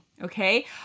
Okay